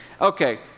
Okay